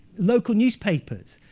local newspapers,